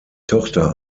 tochter